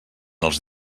els